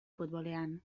futbolean